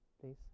please